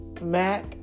Mac